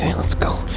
and let's go.